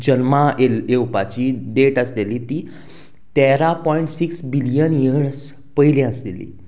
जल्मा येल येवपाची डेट आसलेली ती तेरा पॉयंट सिक्स बिलियन इयर्स पयली आसलेली